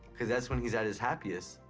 cause that's when he's at his happiest.